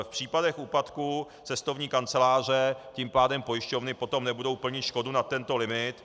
V případech úpadku cestovní kanceláře tím pádem pojišťovny potom nebudou plnit škodu nad tento limit.